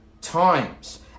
times